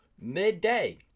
midday